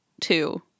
two